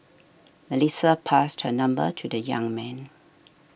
Melissa passed her number to the young man